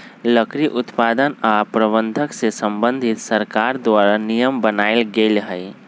लकड़ी उत्पादन आऽ प्रबंधन से संबंधित सरकार द्वारा नियम बनाएल गेल हइ